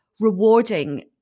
rewarding